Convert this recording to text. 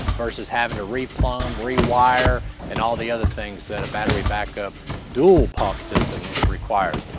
versus having to replumb, rewire, and all the other things that a battery backup dual-pump system requires.